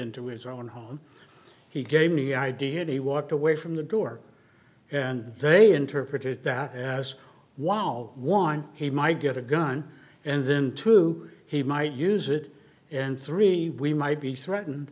into his own home he gave me id had he walked away from the door and they interpreted that as wow one he might get a gun and then two he might use it and three we might be threatened